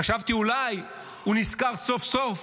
חשבתי, אולי הוא נזכר סוף סוף